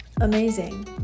Amazing